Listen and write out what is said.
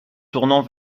tournant